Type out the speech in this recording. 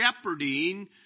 shepherding